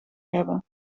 hebben